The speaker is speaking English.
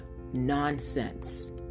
nonsense